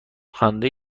خوانده